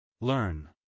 Learn